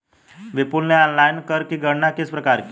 विपुल ने ऑनलाइन कर की गणना किस प्रकार की?